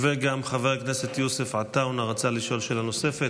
וגם חבר הכנסת יוסף עטאונה רצה לשאול שאלה נוספת,